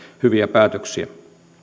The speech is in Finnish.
hyviä päätöksiä